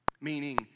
Meaning